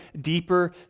deeper